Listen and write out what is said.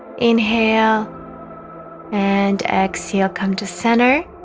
inhale and exhale come to center